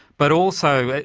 but also,